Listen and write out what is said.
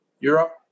Europe